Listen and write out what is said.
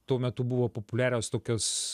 tuo metu buvo populiarios tokios